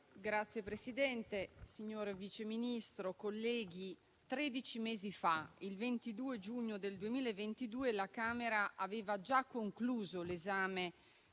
Signor Presidente, signor Vice Ministro, colleghi, tredici mesi fa, il 22 giugno 2022, la Camera aveva già concluso l'esame